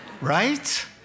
Right